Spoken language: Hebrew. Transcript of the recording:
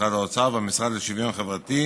משרד האוצר והמשרד לשוויון חברתי.